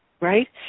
right